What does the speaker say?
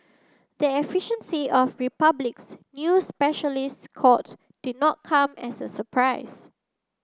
the efficiency of Republic's new specialist court did not come as a surprise